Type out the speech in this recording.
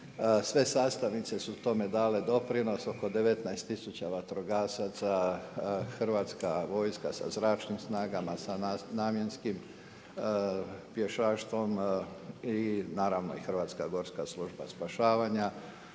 Sve sastavnice su tome dale doprinos, oko 19 tisuća vatrogasaca, Hrvatska vojska sa zračnim snagama, sa namjenskim pješaštvom i naravno i Hrvatska gorska služba spašavanja,